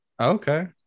Okay